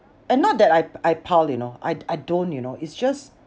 and not that I I pile you know I I don't you know it's just